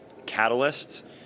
catalysts